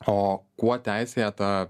o kuo teisėta